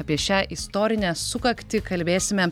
apie šią istorinę sukaktį kalbėsime